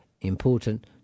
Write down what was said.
important